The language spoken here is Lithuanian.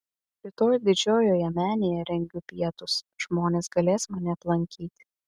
rytoj didžiojoje menėje rengiu pietus žmonės galės mane aplankyti